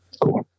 cool